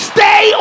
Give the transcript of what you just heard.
Stay